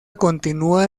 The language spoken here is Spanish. continúa